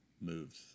moves